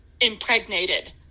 impregnated